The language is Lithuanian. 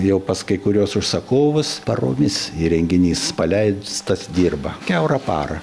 jau pas kai kuriuos užsakovus paromis įrenginys paleistas dirba kiaurą parą